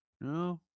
No